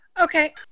Okay